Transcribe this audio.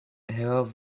her